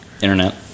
Internet